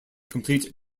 complete